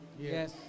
Yes